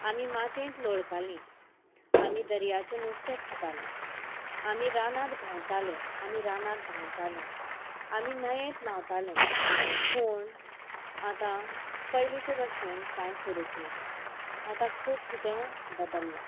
आमी मातयेंत लोळतालीं आमी दर्याचें नुस्तें खाताले आमी रानांत भोंवताले आमी रानांत धांवताले आमी न्हंयेंत न्हांवताले पूण आतां पयलींच्या भशेन कांयच उरूंक ना आतां खूब कितें बदल्लां